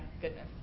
goodness